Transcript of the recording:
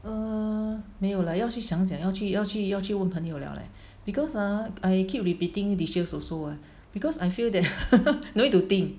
err 没有了要去想怎样去要去要去问朋友了 leh because ah I keep repeating dishes also eh because I feel that no need to think